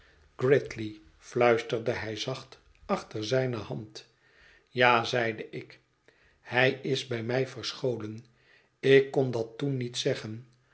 fluisterde hij zacht achter zijne hand ja zeide ik hij is bij mij verscholen ik kon dat toen niet zeggen